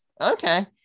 okay